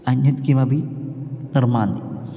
अन्यत् किमपि निर्मान्ति